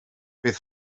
bydd